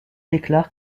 déclare